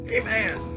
Amen